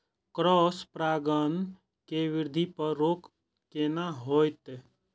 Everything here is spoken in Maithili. क्रॉस परागण के वृद्धि पर रोक केना होयत?